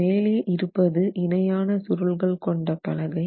மேலே இருப்பது இணையான சுருள்கள் கொண்ட பலகை